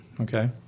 Okay